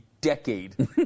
decade